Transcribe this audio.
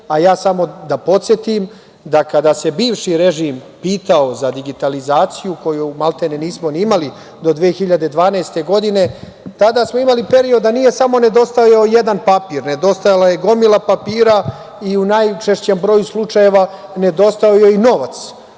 korupcije. Samo da podsetim da kada se bivši režim pitao za digitalizaciju koju malte ne nismo ni imali do 2012. godine, tada smo imali period da nije samo nedostajao jedan papir. Nedostajala je gomila papira i u najčešćem broju slučajeva nedostajao je i novac